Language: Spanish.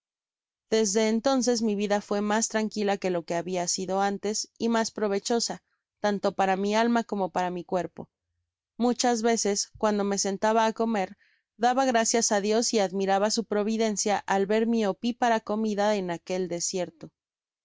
desde entonces mi vida fué mas tranquila que lo habia sido antes y mas provechosa tanto para mi alma como para mi cuerpo muchas veces cuando me sentaba á comer daba graeias á dios y admiraba su providencia al ver mi opipara comida en aquel desierto